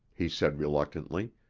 he said reluctantly,